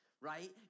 right